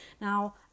Now